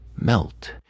melt